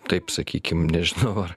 kaip sakykim nežinau